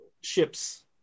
ships